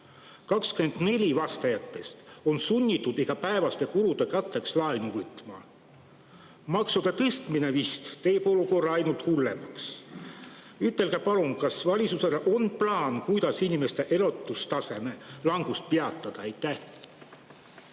24[%] vastajatest on sunnitud igapäevaste kulude katteks laenu võtma. Maksude tõstmine vist teeb olukorra ainult hullemaks. Ütelge palun, kas valitsusel on plaan, kuidas inimeste elatustaseme langust peatada.